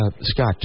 Scott